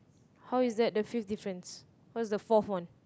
how is that the fifth difference what's the fourth one